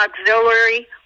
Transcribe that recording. Auxiliary